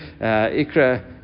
Ikra